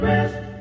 Rest